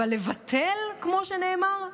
אבל לבטל, כמו שנאמר?